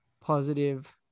positive